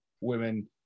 women